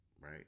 right